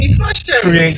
create